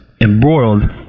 embroiled